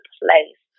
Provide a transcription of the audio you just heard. place